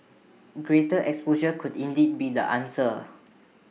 greater exposure could indeed be the answer